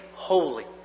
Holy